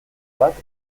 bat